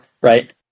right